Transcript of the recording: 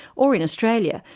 or in australia,